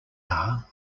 are